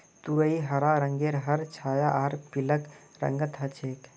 तुरई हरा रंगेर हर छाया आर पीलक रंगत ह छेक